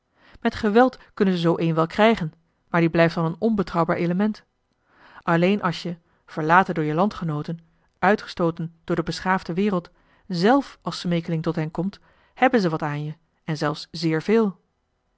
met geweld kunnen ze zoo een wel krijgen maar die blijft dan een onbetrouwbaar element alleen als je verlaten door je landgenooten uitgestooten door de beschaafde wereld zèlf als smeekeling tot hen komt hèbben zij wat aan je en zelfs zeer veel